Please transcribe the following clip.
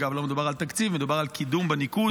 אגב, לא מדובר על תקציב, מדובר על קידום בניקוד,